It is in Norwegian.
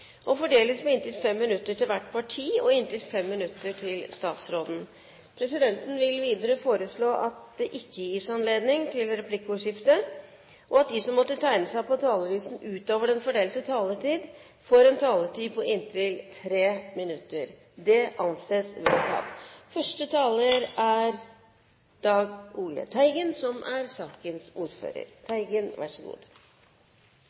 og fordeles med inntil 5 minutter til hvert parti og inntil 5 minutter til statsråden. Presidenten vil videre foreslå at det ikke gis anledning til replikkordskifte, og at de som måtte tegne seg på talerlisten utover den fordelte taletid, får en taletid på inntil 3 minutter. – Det anses vedtatt. Låneordningene gjennom Det internasjonale valutafond, IMF, er